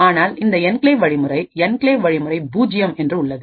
ஆனால் இந்த என்கிளேவ் வழிமுறைஎன்கிளேவ் வழிமுறை பூஜ்ஜியம்enclave access0 என்று உள்ளது